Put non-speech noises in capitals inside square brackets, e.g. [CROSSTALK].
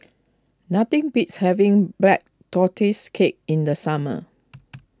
nothing beats having Black Tortoise Cake in the summer [NOISE]